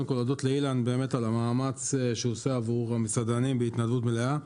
קודם כל להודות לאילן על המאמץ שהוא עושה עבור המסעדנים בהתנדבות מלאה.